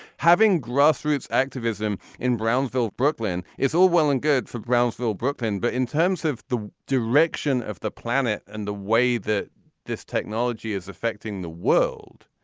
having grassroots activism in brownsville, brooklyn is all well and good for brownsville, brooklyn. but in terms of the direction of the planet and the way that this technology is affecting the world,